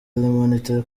monitor